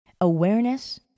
Awareness